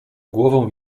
głową